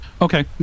Okay